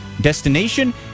destination